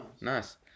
Nice